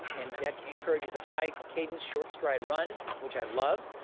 and that encourages a high cadence short stride run, which i love.